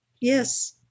Yes